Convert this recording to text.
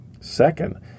Second